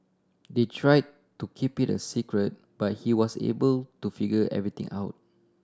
they try to keep it a secret but he was able to figure everything out